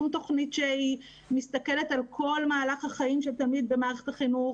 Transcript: שום תוכנית שמסתכלת על כל מהלך החיים של תלמיד במערכת החינוך,